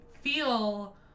feel